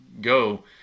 go